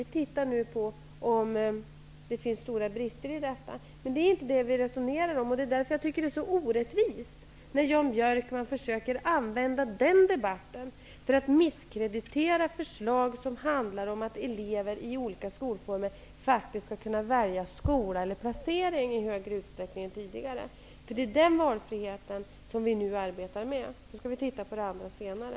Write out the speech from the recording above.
Vi tittar nu på om det finns stora brister. Det är inte det vi resonerar om, och det är därför jag tycker att det är så orättvist att Jan Björkman försöker använda den debatten för att misskreditera förslag som handlar om att elever i olika skolformer faktiskt skall kunna välja skola eller placering i större utsträckning än tidigare. Den är den valfriheten vi nu arbetar med. Vi skall titta på det andra senare.